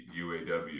UAW